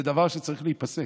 זה דבר שצריך להיפסק.